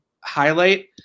highlight